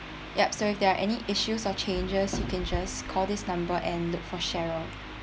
ya so if there are any issues or changes you can just call this number and look for cheryl